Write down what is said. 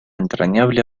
entrañable